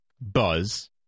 Buzz